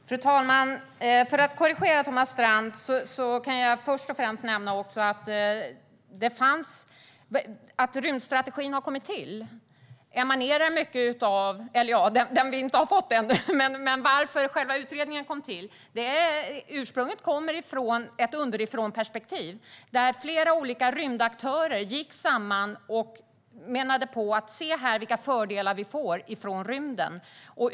Fru talman! Låt mig korrigera Thomas Strand. Att utredningen tillsattes och att den rymdstrategi som vi ännu inte har fått ändå har påbörjats emanerar från ett underifrånperspektiv. Flera olika rymdaktörer gick samman och framhöll vilka fördelar vi får från rymden.